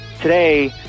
today